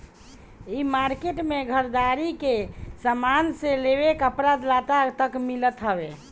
इ मार्किट में घरदारी के सामान से लेके कपड़ा लत्ता तक मिलत हवे